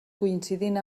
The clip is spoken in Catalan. coincidint